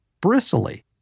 bristly